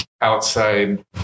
outside